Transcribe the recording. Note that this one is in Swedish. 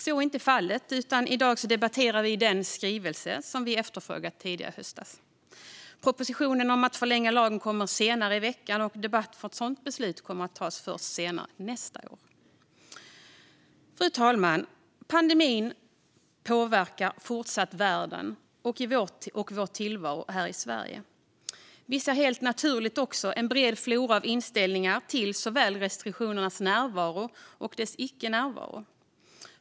Så är inte fallet, utan i dag debatterar vi den skrivelse som vi efterfrågat tidigare i höst. Propositionen om att förlänga lagen kommer senare i veckan, och debatten inför ett sådant beslut kommer att hållas först senare, nästa år. Fru talman! Pandemin påverkar fortsatt världen och vår tillvaro här i Sverige. Vi ser helt naturligt en bred flora av inställningar till såväl restriktionernas närvaro som deras icke-närvaro.